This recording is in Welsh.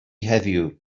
heddiw